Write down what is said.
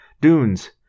dunes